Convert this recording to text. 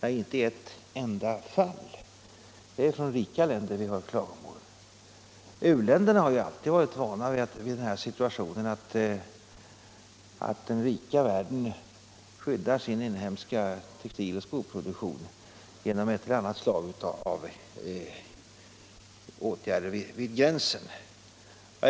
Nej, inte i ett enda fall. Det är från rika länder vi har hört klagomål. U-länderna är vana vid den situationen att den rika världen skyddar sin inhemska textil och skoproduktion genom olika slag av åtgärder vid gränsen.